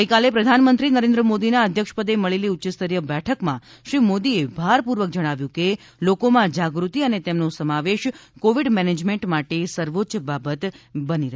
ગઈકાલે પ્રધાનમંત્રી નરેન્દ્ર મોદીના અધ્યક્ષપદે મળેલી ઉચ્યસ્તરીય બેઠકમાં શ્રી મોદીએ ભારપૂર્વક જણાવ્યું હતું કે લોકોમાં જાગૃતિ અને તેમનો સમાવેશ કોવિડ મેનેજમેન્ટ માટે સર્વોચ્ય બાબત બની રહેશે